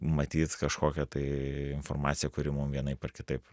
matyt kažkokią tai informaciją kuri mum vienaip ar kitaip